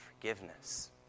forgiveness